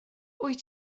wyt